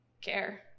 care